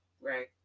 Right